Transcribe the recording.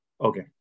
Okay